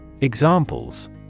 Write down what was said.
Examples